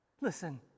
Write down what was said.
Listen